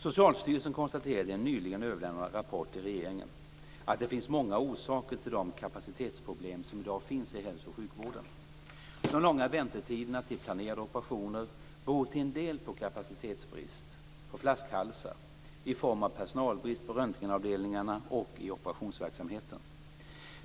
Socialstyrelsen konstaterar i en nyligen överlämnad rapport till regeringen att det finns många orsaker till de kapacitetsproblem som i dag finns i hälso och sjukvården. De långa väntetiderna till planerade operationer beror till en del på kapacitetsbrist - flaskhalsar - i form av personalbrist på röntgenavdelningarna och i operationsverksamheten.